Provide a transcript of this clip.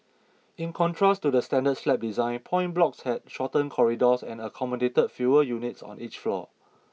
in contrast to the standard slab design point blocks had shorter corridors and accommodated fewer units on each floor